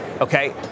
okay